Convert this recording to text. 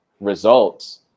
results